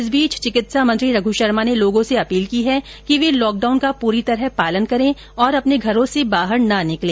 इस बीच चिकित्सा मंत्री रघू शर्मा ने लोगों से अपील की है कि वे लॉकडाउन का पूरी तरह पालन करें और अपने घरों से बाहर ना र्निकले